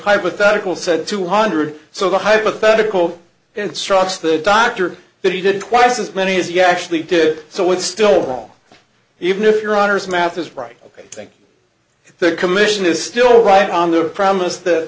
hypothetical said two hundred so the hypothetical instructs the doctor that he did twice as many as you actually did so would still wrong even if your honors math is right ok thank you their commission is still right on their promise t